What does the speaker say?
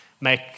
make